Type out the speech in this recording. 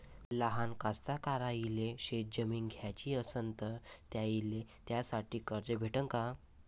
लहान कास्तकाराइले शेतजमीन घ्याची असन तर त्याईले त्यासाठी कर्ज भेटते का?